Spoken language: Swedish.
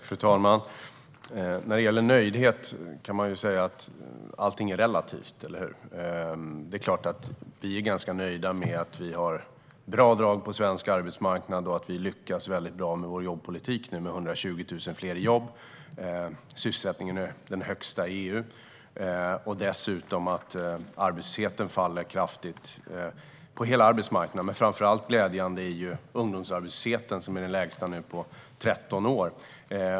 Fru talman! När det gäller nöjdhet är allt relativt, eller hur? Vi är ganska nöjda med att vi har bra drag på svensk arbetsmarknad och att vi lyckas bra med vår jobbpolitik med nu 120 000 fler jobb. Sysselsättningen är den högsta i EU. Dessutom faller arbetslösheten kraftigt på hela arbetsmarknaden. Framför allt är det glädjande att ungdomsarbetslösheten är den lägsta på över 13 år.